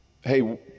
Hey